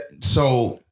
so-